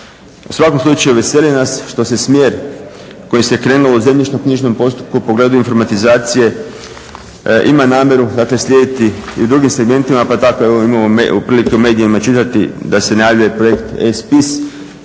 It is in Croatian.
U svakom slučaju veseli nas što se smjer kojim se krenulo u zemljišno-knjižnom postupku u pogledu informatizacije ima namjeru dakle slijediti i u drugim segmentima pa tako evo imamo prilike u medijima čitati da se najavljuje projekt e-spis,